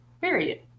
period